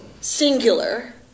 singular